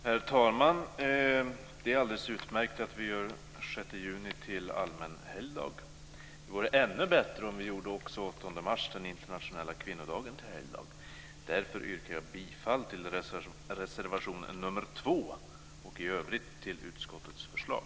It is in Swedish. Herr talman! Det är alldeles utmärkt att vi gör den 6 juni till allmän helgdag. Det vore ännu bättre om vi också gjorde den 8 mars, den internationella kvinnodagen, till helgdag. Därför yrkar jag bifall till reservation 2 och i övrigt till utskottets förslag.